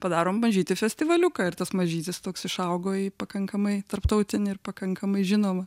padarom mažytį festivaliuką ir tas mažytis toks išaugo į pakankamai tarptautinį ir pakankamai žinomą